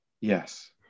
Yes